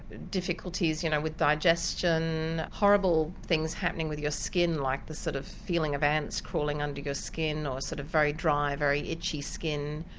difficulties you know with digestion, horrible things happening with your skin like the sort of feeling of ants crawling under your skin or sort of very dry, very itchy skin.